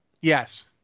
Yes